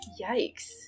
Yikes